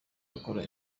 agakora